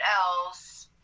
else